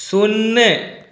शून्य